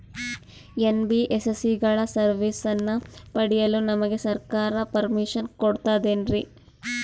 NBSC ಗಳ ಸರ್ವಿಸನ್ನ ಪಡಿಯಲು ನಮಗೆ ಸರ್ಕಾರ ಪರ್ಮಿಷನ್ ಕೊಡ್ತಾತೇನ್ರೀ?